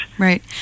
Right